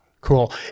Cool